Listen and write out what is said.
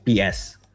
ps